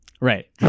Right